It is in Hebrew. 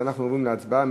אנחנו עוברים להצבעה.